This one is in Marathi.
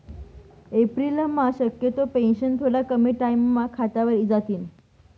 एप्रिलम्हा शक्यतो पेंशन थोडा कमी टाईमम्हा खातावर इजातीन